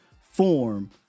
form